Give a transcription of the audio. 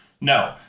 No